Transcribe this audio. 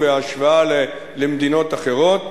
ובהשוואה למדינות אחרות